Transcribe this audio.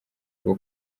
rwo